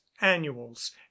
annuals